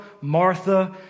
Martha